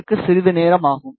இதற்கு சிறிது நேரம் ஆகும்